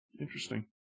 Interesting